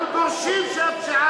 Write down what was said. אנחנו לא רוצים את הפשיעה,